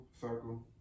circle